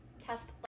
test